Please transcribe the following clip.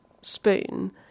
spoon